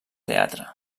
teatre